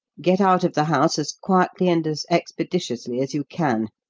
get out of the house as quietly and as expeditiously as you can.